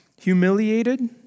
humiliated